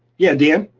yeah, dan?